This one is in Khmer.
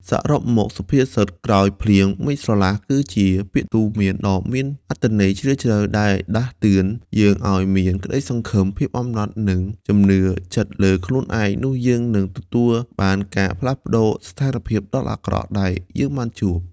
សរុបមក សុភាសិត «ក្រោយភ្លៀង មេឃស្រឡះ» គឺជាពាក្យទូន្មានដ៏មានអត្ថន័យជ្រាលជ្រៅ ដែលដាស់តឿនយើងឲ្យមាន ក្តីសង្ឃឹម ភាពអំណត់ និងជំនឿចិត្តលើខ្លួនឯងនោះយើងនិងទទួលបានការផ្លាស់ប្តូរស្ថានភាពដ៏អាក្រក់ដែលយើងបានជួប។